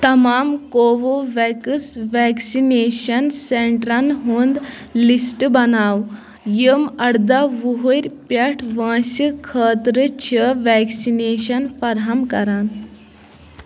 تمام کوووویٚکس ویکسِنیشن سینٹرن ہُنٛد لسٹ بناو یِم اَردہ وُہُر پیٚٹھ وٲنٛسہِ خٲطرٕ چھِ ویکسِنیشن فراہم کران